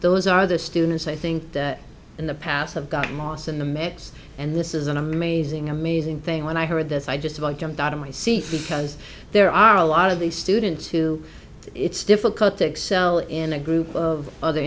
those are the students i think in the past have gotten lost in the mix and this is an amazing amazing thing when i heard this i just about jumped out of my seat because there are a lot of these students too it's difficult to excel in a group of other